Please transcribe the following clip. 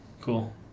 Cool